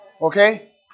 Okay